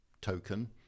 token